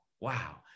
wow